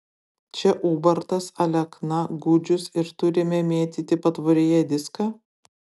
čia ubartas alekna gudžius ir turime mėtyti patvoryje diską